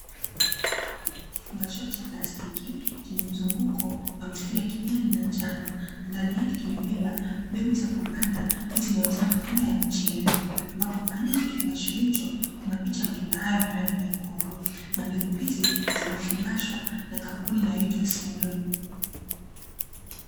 Kifungashio cha plastiki, chenye mzunguko wa mistari ya kijani na njano, ndani yake kimebeba mbegu za kupanda miti inayozaa matunda ya mchele, ambapo kwa nje ya kifungashio hicho, kuna picha ya matunda hayo yenye rangi nyekundu, na mbegu hizi zimefungashwa na kampuni inayoitwa 'simlaw'.